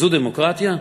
זו דמוקרטיה?